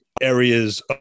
areas